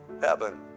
heaven